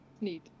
Neat